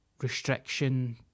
restriction